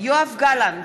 יואב גלנט,